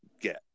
get